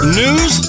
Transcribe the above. news